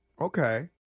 okay